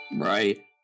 right